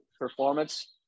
performance